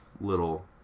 little